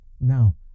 Now